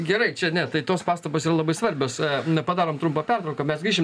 gerai čia ne tai tos pastabos yra labai svarbios na padarom trumpą pertrauką mes grįšim